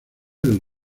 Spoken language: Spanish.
del